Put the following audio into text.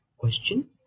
question